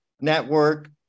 network